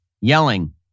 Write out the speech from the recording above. yelling